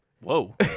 Whoa